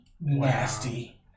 Nasty